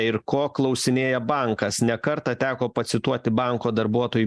ir ko klausinėja bankas ne kartą teko pacituoti banko darbuotojų